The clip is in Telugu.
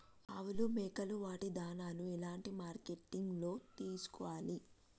ఆవులు మేకలు వాటి దాణాలు ఎలాంటి మార్కెటింగ్ లో తీసుకోవాలి?